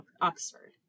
oxford